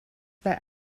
war